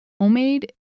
Homemade